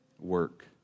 work